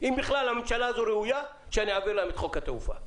אם בכלל הממשלה הזו ראויה שאעביר להם את חוק התעופה.